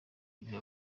ibihe